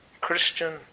Christian